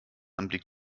anblick